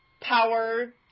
power